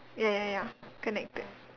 ya ya ya connected